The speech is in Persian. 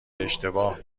اشتباه